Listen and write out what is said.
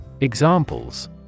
Examples